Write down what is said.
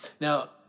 Now